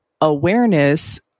awareness